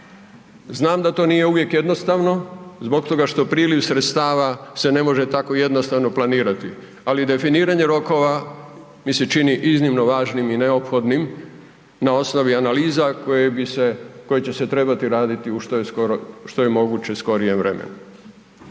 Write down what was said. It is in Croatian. Znam da to nije uvijek jednostavno zbog toga što priliv sredstava se ne može tako jednostavno planirati, ali definiranje rokova mi se čini iznimno važnim i neophodnim na osnovi analiza koje bi se, koje će se trebati raditi u što je skoro, u što je moguće skorijem vremenu.